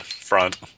front